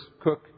Cook